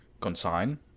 consign